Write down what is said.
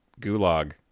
gulag